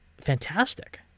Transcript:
fantastic